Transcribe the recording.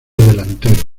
delantero